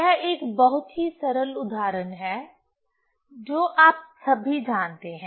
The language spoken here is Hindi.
यह एक बहुत ही सरल उदाहरण है जो आप सभी जानते हैं